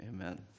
Amen